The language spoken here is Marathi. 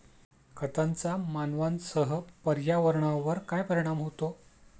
खतांचा मानवांसह पर्यावरणावर काय परिणाम होतो?